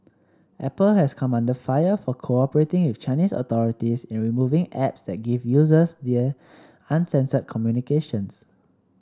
Apple has come under fire for cooperating with Chinese authorities in removing apps that give users there uncensored communications